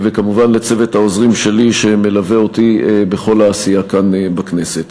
וכמובן לצוות העוזרים שלי שמלווה אותי בכל העשייה כאן בכנסת.